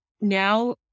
now